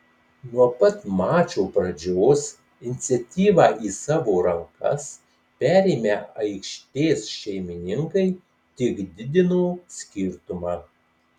nuo pat mačo pradžios iniciatyvą į savo rankas perėmę aikštės šeimininkai tik didino skirtumą